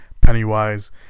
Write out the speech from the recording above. Pennywise